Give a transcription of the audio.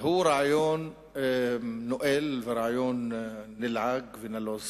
הוא רעיון נואל, רעיון נלעג, נלוז